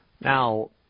Now